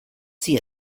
see